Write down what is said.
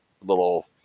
little